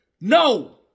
No